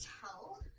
tell